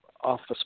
office